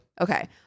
Okay